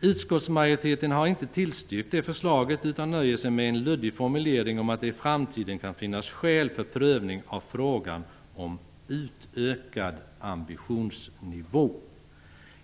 Utskottsmajoriteten har inte tillstyrkt det förslaget utan nöjer sig med en luddig formulering om att det i framtiden kan finnas skäl för prövning av frågan om utökad ambitionsnivå.